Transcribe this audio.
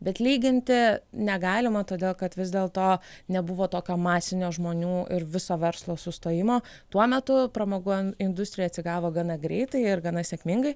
bet lyginti negalima todėl kad vis dėlto nebuvo tokio masinio žmonių ir viso verslo sustojimo tuo metu pramogų industrija atsigavo gana greitai ir gana sėkmingai